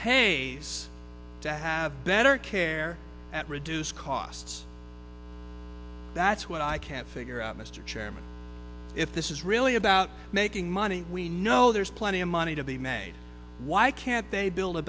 pays to have better care at reduced costs that's what i can't figure out mr chairman if this is really about making money we know there's plenty of money to be made why can't they build a